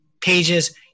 pages